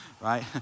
right